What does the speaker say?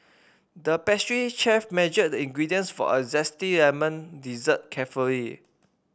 the pastry chef measured the ingredients for a zesty lemon dessert carefully